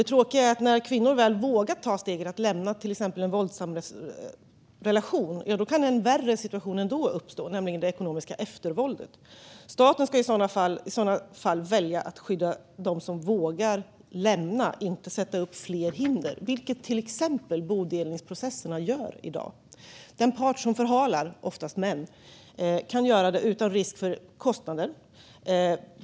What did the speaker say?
Det tråkiga är att när kvinnor väl vågar ta steget att till exempel lämna en våldsam relation kan en värre situation ändå uppstå, nämligen det ekonomiska eftervåldet. Staten ska i sådana fall välja att skydda dem som vågar lämna relationen och inte sätta upp fler hinder. Det gör till exempel bodelningsprocesserna i dag. Den part som förhalar, oftast män, kan göra det utan risk för kostnader.